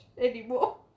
anymore